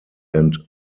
and